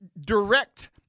direct